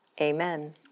Amen